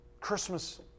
Christmas